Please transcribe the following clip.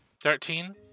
Thirteen